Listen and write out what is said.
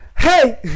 Hey